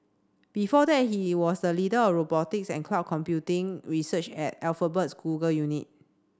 before that he was the leader of robotics and cloud computing research at Alphabet's Google unit